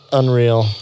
unreal